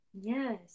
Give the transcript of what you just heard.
Yes